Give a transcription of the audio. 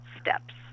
steps